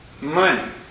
money